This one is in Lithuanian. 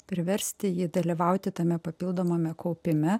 priversti jį dalyvauti tame papildomame kaupime